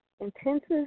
intensive